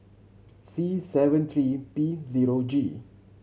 C seven three P zero G